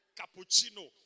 cappuccino